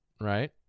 right